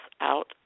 out